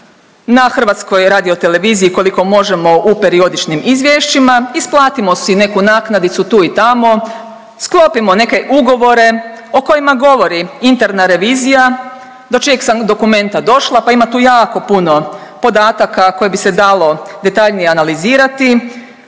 ono što jest na HRT-u koliko možemo u periodičnim izvješćima, isplatimo si neku naknadicu tu i tamo, sklopimo neke ugovore o kojima govori interna revizija do čijeg sam dokumenta došla pa ima tu jako puno podataka koje bi se dalo detaljnije analizirati,